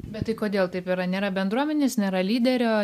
bet tai kodėl taip yra nėra bendruomenės nėra lyderio